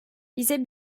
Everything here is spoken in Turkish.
bize